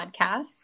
podcast